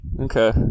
okay